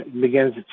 begins